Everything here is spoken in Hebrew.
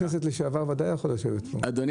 אדוני